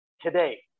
today